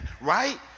right